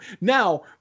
now